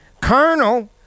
Colonel